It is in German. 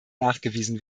nachgewiesen